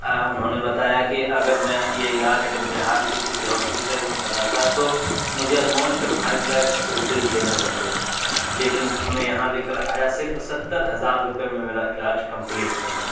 انہوں نے بتایا کہ اگر میں یہ علاج اگر بہار کے کسی ہاسپٹل میں کراتا تو مجھے الموسٹ فائف لیکس روپیز دینے ہوتے لیکن میں یہاں لے کر آیا صرف ستر ہزار روپے میں میرا علاج کمپلیٹ ہو گیا